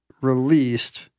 released